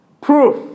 Proof